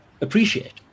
appreciate